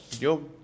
yo